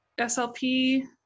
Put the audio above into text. SLP